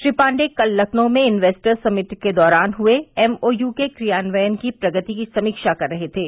श्री पाण्डेय कल लखनऊ में investors summit के दौरान हुए एमओयू के क्रियान्वयन की प्रगति की समीक्षा कर रहे थे